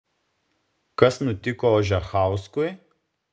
kas nutiko ožechauskui